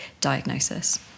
diagnosis